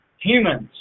humans